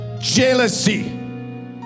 jealousy